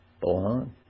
belong